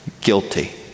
Guilty